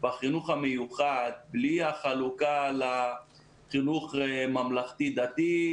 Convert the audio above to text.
בחינוך המיוחד בלי החלוקה לחינוך ממלכתי-דתי,